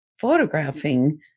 photographing